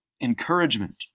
encouragement